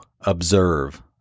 observe